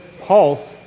pulse